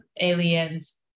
aliens